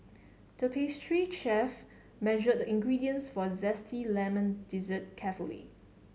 the pastry chef measured the ingredients for a zesty lemon dessert carefully